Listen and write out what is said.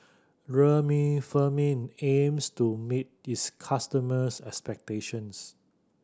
Remifemin aims to meet its customers' expectations